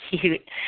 cute